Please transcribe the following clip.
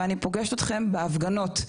ואני פוגשת אתכם בהפגנות.